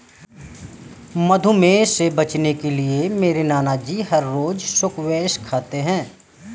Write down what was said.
मधुमेह से बचने के लिए मेरे नानाजी हर रोज स्क्वैश खाते हैं